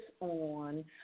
on